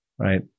right